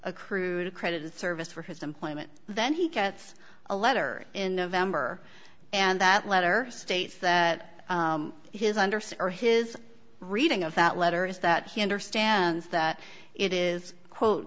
accrued credit in service for his employment then he gets a letter in november and that letter states that his undersea or his reading of that letter is that he understands that it is quote